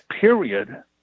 period